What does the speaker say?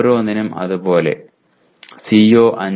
ഓരോന്നിനും അത് പോലെ CO5 ന് 18